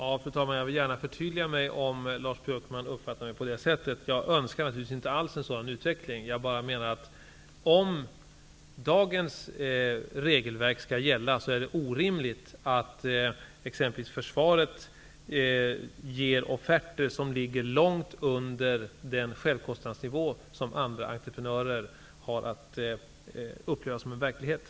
Fru talman! Jag vill gärna förtydliga mig om Lars Björkman uppfattade mig på det sättet. Jag önskar inte alls en sådan utveckling. Jag menar att om dagens regelverk skall gälla är det orimligt att exempelvis försvaret ger offerter som ligger långt under den självkostnadsnivå som är verklighet för andra entreprenörer.